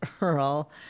Earl